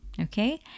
okay